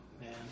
man